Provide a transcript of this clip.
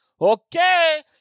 Okay